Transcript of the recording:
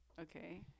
Okay